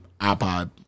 iPod